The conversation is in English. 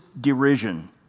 derision